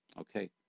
Okay